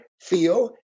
feel